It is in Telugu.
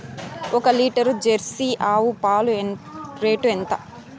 ఒక లీటర్ జెర్సీ ఆవు పాలు రేటు ఎంత?